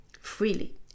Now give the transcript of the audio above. freely